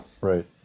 Right